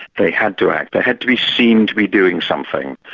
they had to act they had to be seen to be doing something.